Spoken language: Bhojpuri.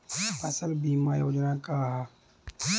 फसल बीमा योजना का ह?